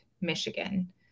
Michigan